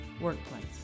workplace